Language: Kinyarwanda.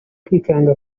kwikanga